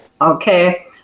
Okay